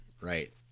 right